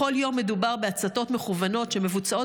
בכל יום מדובר בהצתות מכוונות שמבוצעות